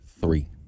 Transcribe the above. Three